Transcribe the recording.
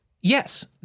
yes